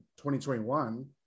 2021